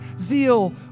zeal